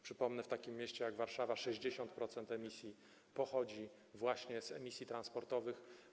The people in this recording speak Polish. Przypomnę, w takim mieście jak Warszawa 60% emisji pochodzi właśnie z emisji transportowych.